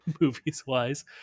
movies-wise